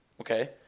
Okay